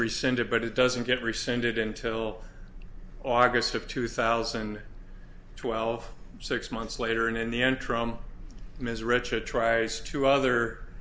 rescinded but it doesn't get rescinded until august of two thousand and twelve six months later and in the interim ms rich a tries to other